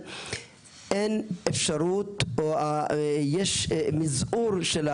שמדינת ישראל היא מדינה גזענית.